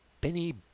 Benny